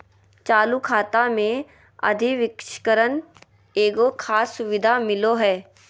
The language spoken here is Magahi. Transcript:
चालू खाता मे अधिविकर्षण एगो खास सुविधा मिलो हय